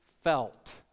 felt